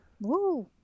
Woo